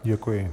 Děkuji.